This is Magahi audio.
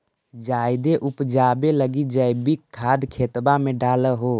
जायदे उपजाबे लगी जैवीक खाद खेतबा मे डाल हो?